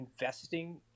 investing